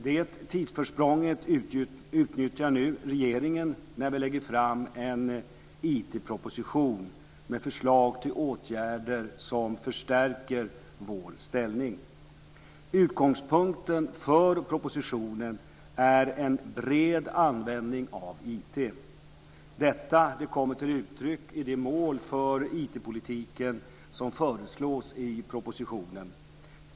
Detta tidsförsprång utnyttjar nu regeringen när vi lägger fram en IT-proposition med förslag till åtgärder som förstärker vår ställning. Utgångspunkten för propositionen är en bred användning av IT. Detta kommer till uttryck i de mål för IT-politiken som föreslås i propositionen.